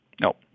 No